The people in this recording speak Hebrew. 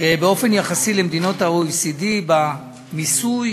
באופן יחסי למדינות ה-OECD, במיסוי